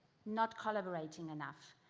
not collaborating enough.